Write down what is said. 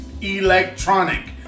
electronic